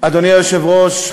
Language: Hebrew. אדוני היושב-ראש,